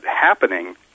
happening